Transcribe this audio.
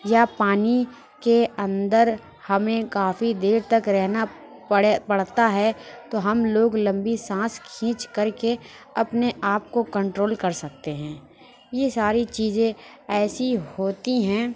یا پانی کے اندر ہمیں کافی دیر تک رہنا پڑے پڑتا ہے تو ہم لوگ لمبی سانس کھینچ کر کے اپنے آپ کو کنٹرول کر سکتے ہیں یہ ساری چیزیں ایسی ہوتی ہیں